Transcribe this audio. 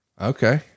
Okay